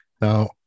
Now